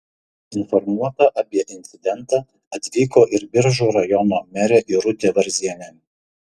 informuota apie incidentą atvyko ir biržų rajono merė irutė varzienė